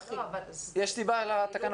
יש סיבה לתקנות.